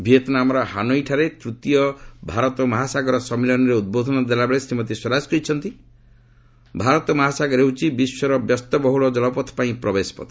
ଭିଏତ୍ନାମାର ହାନୋଇଠାରେ ତୃତୀୟ ଭାରତ ମହାସାଗର ସମ୍ମିଳନୀରେ ଉଦ୍ବୋଧନ ଦେଲାବେଳେ ଶ୍ରୀମତୀ ସ୍ପରାଜ କହିଛନ୍ତି ଭାରତ ମହାସାଗର ହେଉଛି ବିଶ୍ୱର ବ୍ୟସ୍ତବହୁଳ ଜଳପଥ ପାଇଁ ପ୍ରବେଶପଥ